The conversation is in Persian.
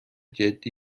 جدی